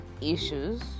issues